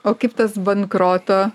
o kaip tas bankroto